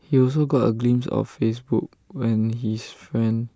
he also got A glimpse of Facebook when his friend